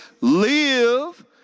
live